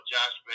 Josh